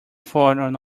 form